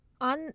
on